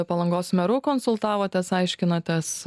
palangos meru konsultavotės aiškinotės